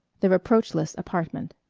the reproachless apartment